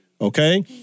okay